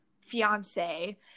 fiance